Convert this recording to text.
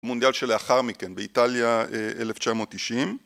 מונדיאל שלאחר מכן באיטליה 1990